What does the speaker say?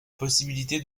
possibilité